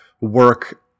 work